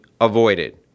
avoided